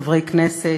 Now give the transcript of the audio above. חברי כנסת,